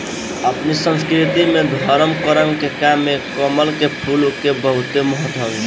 अपनी संस्कृति में धरम करम के काम में कमल के फूल के बहुते महत्व हवे